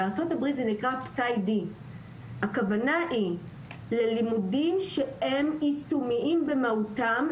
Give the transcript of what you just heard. בארצות הברית זה נקרא PsyD. הכוונה היא ללימודים שהם יישומיים במהותם,